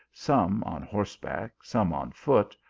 some on horseback, some on foot,